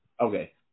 Okay